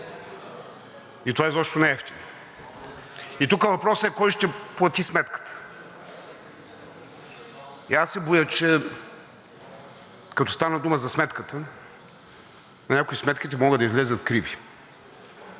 изобщо не е евтино и тук въпросът е кой ще плати сметката. Аз се боя, като стана дума за сметката, че на някого сметките могат да излязат криви.